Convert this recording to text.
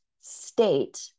state